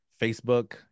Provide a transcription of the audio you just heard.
Facebook